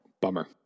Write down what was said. Bummer